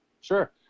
Sure